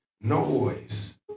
noise